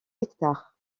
hectares